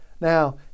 Now